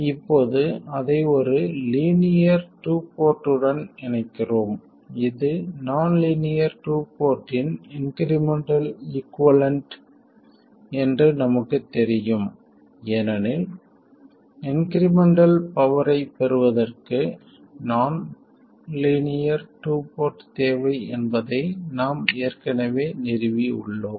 இப்போது அதை ஒரு லீனியர் டூ போர்ட்டுடன் இணைக்கிறோம் இது நான் லீனியர் டூ போர்ட்டின் இன்க்ரிமெண்டல் ஈகுவலன்ட் என்று நமக்குத் தெரியும் ஏனெனில் இன்க்ரிமெண்டல் பவர் ஐப் பெறுவதற்கு நான் லீனியர் டூ போர்ட் தேவை என்பதை நாம் ஏற்கனவே நிறுவி உள்ளோம்